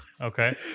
okay